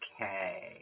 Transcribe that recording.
okay